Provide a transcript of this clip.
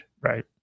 right